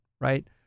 right